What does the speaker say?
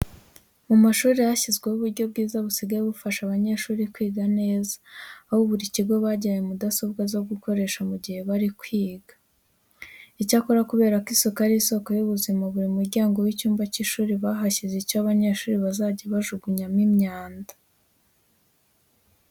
Mu mashuri hashyizweho uburyo bwiza busigaye bufasha abanyeshuri kwiga neza. Aho buri kigo bagihaye mudasobwa zo gukoresha mu gihe bari kwiga. Icyakora kubera ko isuku ari isoko y'ubuzima, buri muryango w'icyumba cy'ishuri bahashyize icyo abanyeshuri bazajya bajugunyamo imyanda.